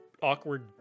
awkward